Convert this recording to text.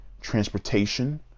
transportation